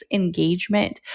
engagement